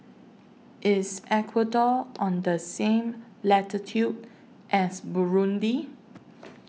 IS Ecuador on The same latitude as Burundi